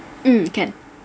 mm can